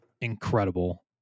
incredible